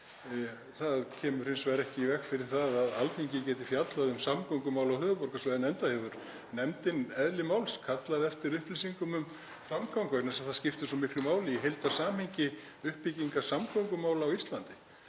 Það kemur hins vegar ekki í veg fyrir að Alþingi geti fjallað um samgöngumál á höfuðborgarsvæðinu enda hefur nefndin eðli máls samkvæmt kallað eftir upplýsingum um framganginn vegna þess að það skiptir svo miklu máli í heildarsamhengi uppbyggingar samgöngumála á Íslandi.